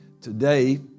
today